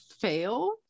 fail